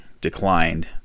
declined